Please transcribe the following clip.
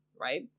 right